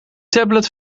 tablet